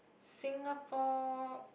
Singapore